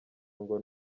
ngo